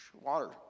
water